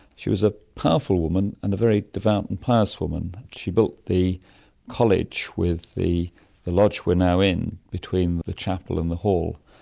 she was a powerful woman and a very devout and pious woman. she built the college with the the lodge we're now in between the chapel and the hall,